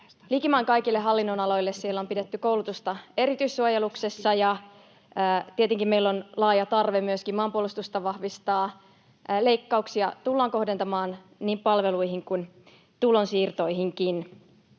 likimain kaikille hallinnonaloille. Siellä on pidetty koulutusta erityissuojeluksessa, ja tietenkin meillä on laaja tarve myöskin maanpuolustusta vahvistaa. Leikkauksia tullaan kohdentamaan niin palveluihin kuin tulonsiirtoihinkin.